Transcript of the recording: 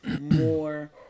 more